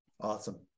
Awesome